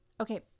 okay